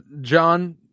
John